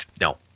no